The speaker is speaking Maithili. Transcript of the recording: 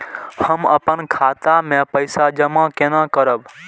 हम अपन खाता मे पैसा जमा केना करब?